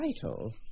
title